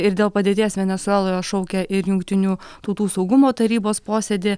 ir dėl padėties venesueloje šaukia ir jungtinių tautų saugumo tarybos posėdį